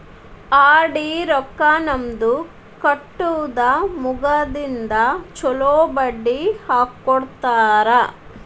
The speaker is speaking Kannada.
ಆರ್.ಡಿ ರೊಕ್ಕಾ ನಮ್ದ ಕಟ್ಟುದ ಮುಗದಿಂದ ಚೊಲೋ ಬಡ್ಡಿ ಹಾಕ್ಕೊಡ್ತಾರ